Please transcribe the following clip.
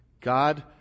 God